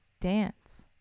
Dance